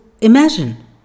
imagine